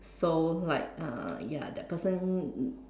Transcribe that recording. so like uh ya that person